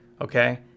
okay